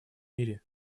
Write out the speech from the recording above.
мире